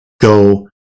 go